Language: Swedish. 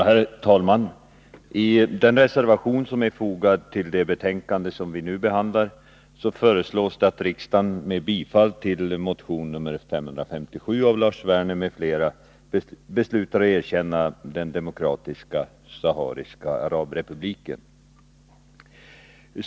Herr talman! I den reservation som är fogad till det betänkande som vi nu behandlar föreslås att riksdagen med bifall till motion 557 av Lars Werner m.fl. beslutar erkänna Demokratiska sahariska arabrepubliken.